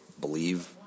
believe